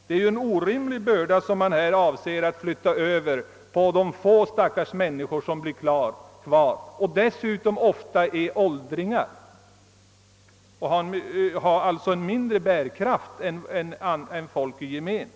Det är en orimlig börda som man ämnar flytta över på de människor som blir kvar i dessa bygder och som dessutom ofta är åldringar och alltså har mindre ekonomisk bärkraft än folk i gemen.